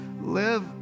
live